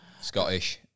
Scottish